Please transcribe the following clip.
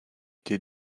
été